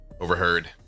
overheard